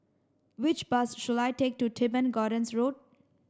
which bus should I take to Teban Gardens Road